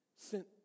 sent